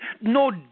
no